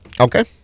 Okay